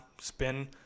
spin